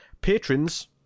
Patrons